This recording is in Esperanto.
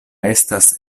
estas